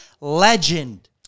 legend